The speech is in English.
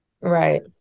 Right